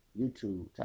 YouTube